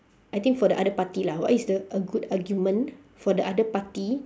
I think for the other party lah what is the a good argument for the other party